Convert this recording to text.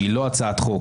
שהיא לא הצעת חוק,